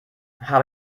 habe